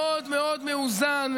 מאוד מאוד מאוזן,